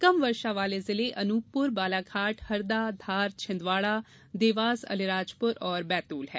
कम वर्षा वाले जिले अनूपपुर बालाघाट हरदा धार छिदवाड़ा देवास अलीराजपुर और बैतूल हैं